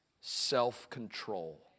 self-control